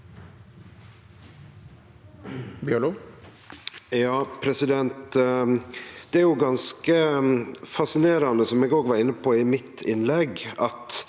Det er jo ganske fascinerande, som eg var inne på i mitt innlegg,